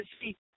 see